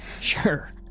sure